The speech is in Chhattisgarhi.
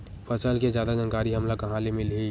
फसल के जादा जानकारी हमला कहां ले मिलही?